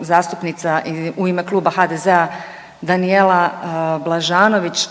zastupnica u ime Kluba HDZ-a Danijela Blažanović,